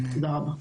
תודה רבה.